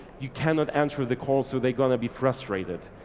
you cannot answer the call, so they're gonna be frustrated.